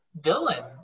villain